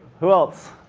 who else?